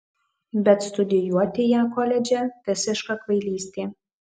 bet studijuoti ją koledže visiška kvailystė